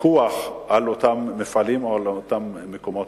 פיקוח על אותם מפעלים או על אותם מקומות